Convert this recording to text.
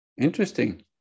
Interesting